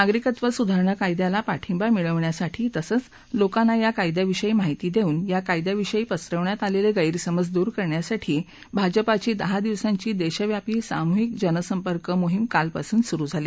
नागरिकत्व सुधारणा कायद्याला पाठिंबा मिळवण्यासाठी तसंच लोकांना या कायद्याविषयी माहिती देऊन या कायद्याविषयी पसरवण्यात आलेले गैरसमज दूर करण्यासाठी भाजपाची दहा दिवसांची देशव्यापी सामूहिक जनसंपर्क मोहीम कालपासून सुरू झाली